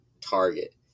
target